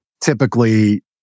typically